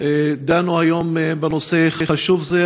דנו היום בנושא חשוב זה,